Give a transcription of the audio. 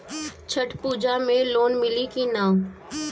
छठ पूजा मे लोन मिली की ना?